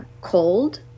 cold